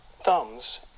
thumbs